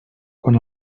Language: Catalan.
quan